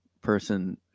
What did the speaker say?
person